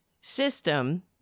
system